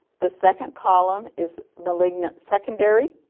the second column is malignant secondary